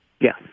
Yes